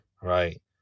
Right